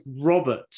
robert